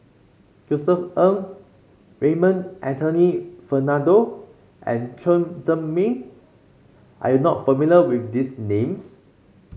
Josef Ng Raymond Anthony Fernando and Chen Zhiming are you not familiar with these names